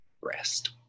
rest